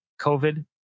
COVID